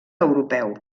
europeu